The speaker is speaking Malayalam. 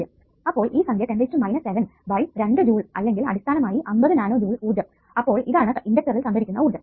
അപ്പോൾ ഈ സംഖ്യ 10 7 ബൈ 2 ജൂൾസ് അല്ലെങ്കിൽ അടിസ്ഥാനമായി 50 നാനോ ജൂൾസ് ഊർജ്ജം അപ്പോൾ ഇതാണ് ഇണ്ടക്ടറിൽ സംഭരിച്ചിരിക്കുന്ന ഊർജ്ജം